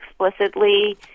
explicitly